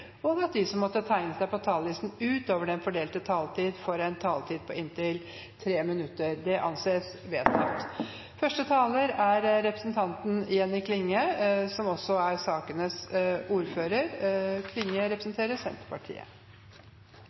at de som måtte tegne seg på talerlisten utover den fordelte taletid, får en taletid på inntil 3 minutter. – Det anses vedtatt.